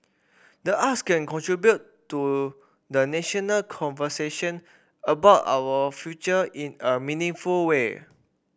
the arts can contribute to the national conversation about our future in a meaningful way